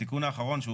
התיקון האחרון,